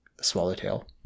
swallowtail